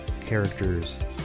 characters